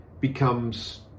becomes